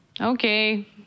okay